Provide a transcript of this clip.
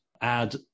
add